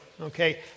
Okay